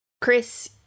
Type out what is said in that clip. Chris